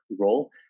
role